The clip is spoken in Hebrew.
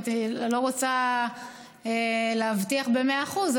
אני לא רוצה להבטיח במאה אחוז,